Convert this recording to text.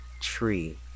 tree